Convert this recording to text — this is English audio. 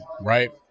right